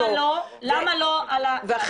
למה לא, ואני אסביר.